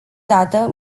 dată